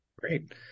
Great